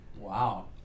Wow